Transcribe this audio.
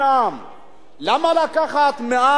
למה לקחת מע"מ על לחם,